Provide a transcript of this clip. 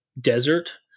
desert